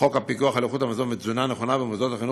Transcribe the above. חוק פיקוח על איכות המזון ותזונה נכונה במוסדות החינוך,